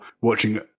watching